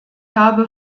habe